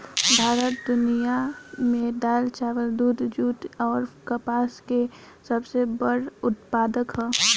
भारत दुनिया में दाल चावल दूध जूट आउर कपास के सबसे बड़ उत्पादक ह